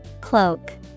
Cloak